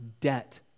debt